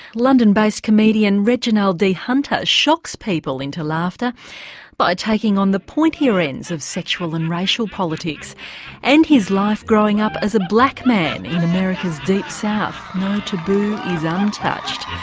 london based comedian reginald d hunter shocks people into laughter by taking on the pointier ends of sexual and racial politics and his life growing up as a black man in america's deep south. no taboo is um untouched.